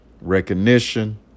recognition